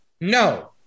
no